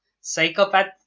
psychopath